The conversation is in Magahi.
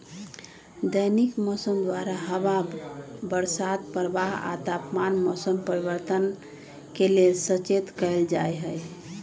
दैनिक मौसम द्वारा हवा बसात प्रवाह आ तापमान मौसम परिवर्तन के लेल सचेत कएल जाइत हइ